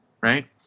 right